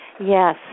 Yes